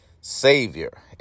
Savior